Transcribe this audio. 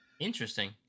Interesting